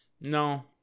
no